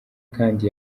kandi